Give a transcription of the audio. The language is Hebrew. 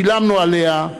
שילמנו עליה,